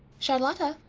charlotta,